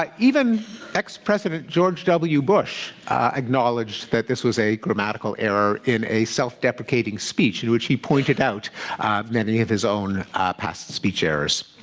ah even ex-president president george w. bush acknowledged that this was a grammatical error in a self-deprecating speech in which he pointed out many of his own past speech errors.